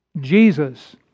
Jesus